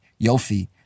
Yofi